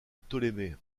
ptolémée